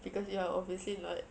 because you're obviously not